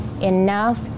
Enough